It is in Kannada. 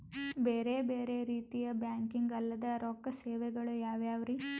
ಬೇರೆ ಬೇರೆ ರೀತಿಯ ಬ್ಯಾಂಕಿಂಗ್ ಅಲ್ಲದ ರೊಕ್ಕ ಸೇವೆಗಳು ಯಾವ್ಯಾವ್ರಿ?